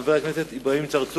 חבר הכנסת נחמן שי שאל את שר האוצר